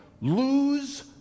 lose